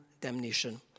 damnation